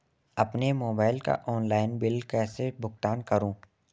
अपने मोबाइल का online bill कैसे भुगतान करूं?